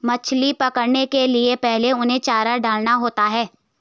मछली पकड़ने के लिए पहले उनको चारा डालना होता है